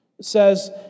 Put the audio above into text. says